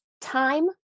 Time